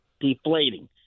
Deflating